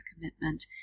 commitment